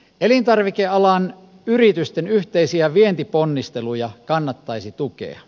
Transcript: elintarvikealan yritysten yhteisiä vientiponnisteluja kannattaisi tukea